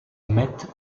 met